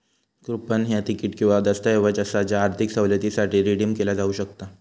coupon ह्या तिकीट किंवा दस्तऐवज असा ज्या आर्थिक सवलतीसाठी रिडीम केला जाऊ शकता